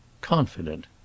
CONFIDENT